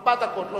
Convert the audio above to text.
ארבע דקות.